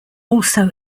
also